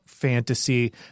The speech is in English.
fantasy